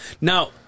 Now